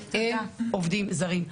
ואין עובדים זרים,